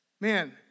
man